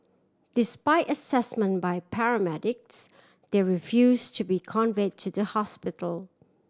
despite assessment by paramedics they refuse to be convey to the hospital